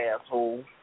asshole